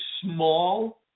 small